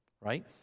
right